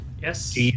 Yes